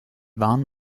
waren